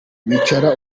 wicara